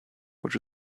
which